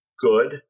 good